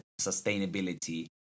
sustainability